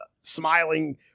smiling